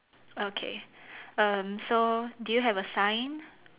okay um so do you have a sign